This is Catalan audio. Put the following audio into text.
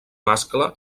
mascle